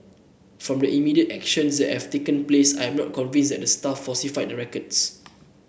from the immediate actions that have taken place I am not convinced that the staff falsified the records